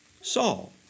Saul